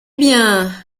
bien